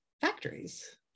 factories